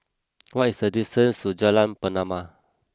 what is the distance to Jalan Pernama